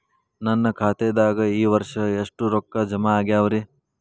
ನನ್ನ ಖಾತೆದಾಗ ಈ ವರ್ಷ ಎಷ್ಟು ರೊಕ್ಕ ಜಮಾ ಆಗ್ಯಾವರಿ?